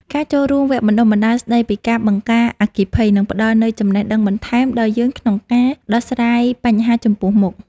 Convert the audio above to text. ការចូលរួមវគ្គបណ្តុះបណ្តាលស្តីពីការបង្ការអគ្គិភ័យនឹងផ្តល់នូវចំណេះដឹងបន្ថែមដល់យើងក្នុងការដោះស្រាយបញ្ហាចំពោះមុខ។